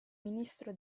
ministro